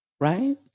Right